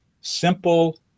simple